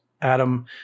Adam